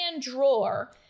drawer